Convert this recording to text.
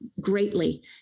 greatly